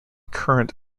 current